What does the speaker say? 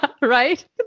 Right